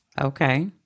Okay